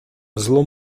зло